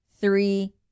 three